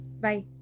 Bye